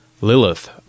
Lilith